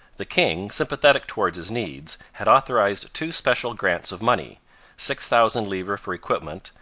the king, sympathetic towards his needs, had authorized two special grants of money six thousand livres for equipment,